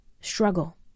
struggle